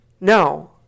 No